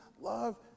love